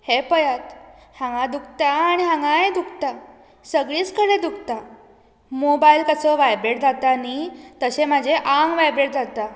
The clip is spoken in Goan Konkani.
हें पळयात हांगा दुकता आनी हांगांय दुकता सगळीच कडेन दुकता मोबायल कसो वायब्रेड जाता न्हय तशें म्हजें आंग वायब्रेड जाता